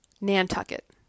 Nantucket